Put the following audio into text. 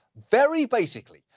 very basically,